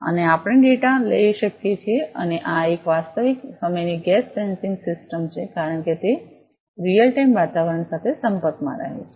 અને આપણે ડેટા લઈ શકીએ છીએ અને આ એક વાસ્તવિક સમયની ગેસ સેન્સિંગ સિસ્ટમ છે કારણ કે તે રીઅલ ટાઇમ વાતાવરણ સાથે સંપર્કમાં રહે છે